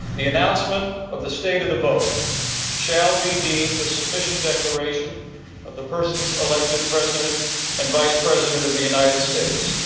the announcement of the state of the vote shall be deemed the sufficient declaration of the persons elected president and vice president of the united states.